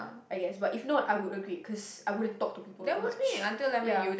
I guess but if not I would agree cause I wouldn't talk to people that much ya